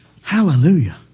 Hallelujah